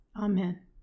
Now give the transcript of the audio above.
Amen